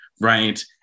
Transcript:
right